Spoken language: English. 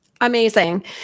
Amazing